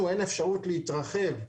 לנו אין אפשרות להתרחב,